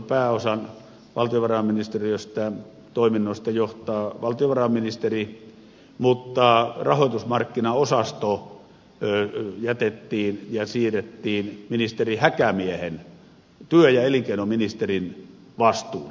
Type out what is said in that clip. luonnollisesti pääosaa valtiovarainministeriön toiminnoista johtaa valtiovarainministeri mutta rahoitusmarkkinaosasto jätettiin ja siirrettiin ministeri häkämiehen työ ja elinkeinoministerin vastuulle